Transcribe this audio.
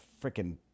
freaking